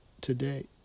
today